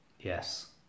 Yes